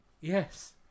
Yes